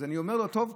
אני אומר לו: טוב,